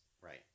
Right